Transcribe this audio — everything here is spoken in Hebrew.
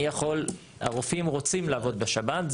הרופאים רוצים לעבוד בשב"ן.